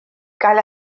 gael